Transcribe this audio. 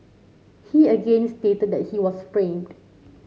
he again stated that he was framed